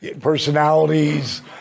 personalities